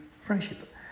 friendship